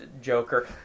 Joker